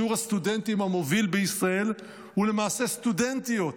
שיעור הסטודנטים המוביל בישראל הוא למעשה סטודנטיות.